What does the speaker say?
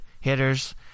hitters